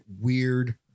weird